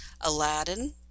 Aladdin